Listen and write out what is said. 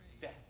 death